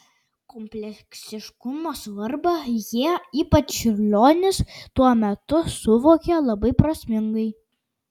kompleksiškumo svarbą jie ypač čiurlionis tuo metu suvokė labai prasmingai